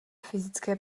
fyzické